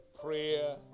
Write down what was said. prayer